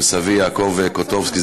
של סבי יעקב קוטובסקי,